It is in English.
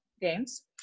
games